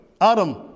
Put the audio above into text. Adam